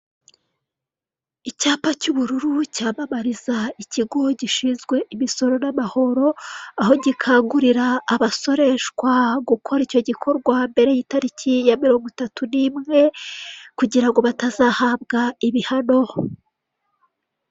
Icyapa cy'ubururu cyamamariza ikigo gishinzwe imisoro n'amahoro, aho gikangurira abasoreshwa gukora icyo gikorwa mbere y'itariki ya mirongo itatu ni imwe, kugirango batazahabwa ibihano.